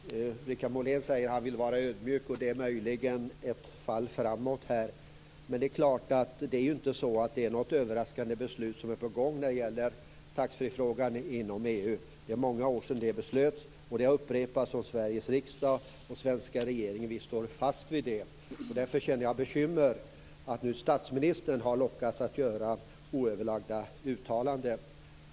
Fru talman! Bara en kort replik. Per-Richard Molén säger att han vill vara ödmjuk, och det är möjligen ett fall framåt. Men det är ju inte något överraskande beslut som är på gång när det gäller taxfreefrågan inom EU. Det är många år sedan det beslutet fattades, och det har upprepats av Sveriges riksdag och den svenska regeringen. Vi står fast vid det. Därför känner jag mig bekymrad över att statsministern nu har lockats att göra oöverlagda uttalanden.